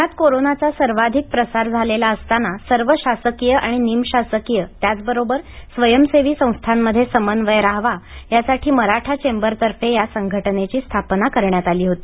पुण्यात कोरोनाचा सर्वाधिक प्रसार झालेला असताना सर्व शासकीय आणि निमशासकीय त्याचबरोबर स्वयंसेवी संस्थांमध्ये समन्वय राहावा यासाठी मराठा चेंबरतर्फे या संघटनेची स्थापना करण्यात आली होती